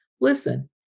listen